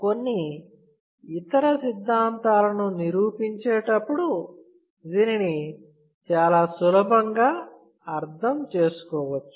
కొన్ని ఇతర సిద్ధాంతాలను నిరూపించేటప్పుడు దీనిని చాలా సులభంగా అర్థం చేసుకోవచ్చు